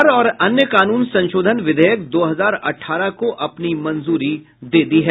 लोकसभा ने आधार और अन्य कानून संशोधन विधेयक दो हजार अठारह को अपनी मंजूरी दे दी है